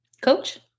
coach